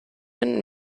and